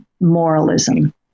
moralism